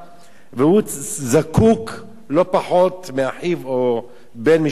והוא זקוק לא פחות מאחיו או בן משפחתו.